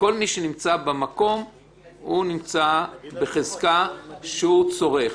כל מי שנמצא במקום נמצא בחזקה שהוא צורך.